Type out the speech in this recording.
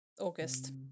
August